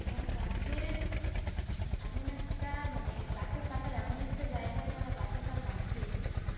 এবং গাছের এমন একটা মানে গাছের পাতার এমন একটা জায়গায় তারা বাসাটা বাঁধে